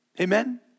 Amen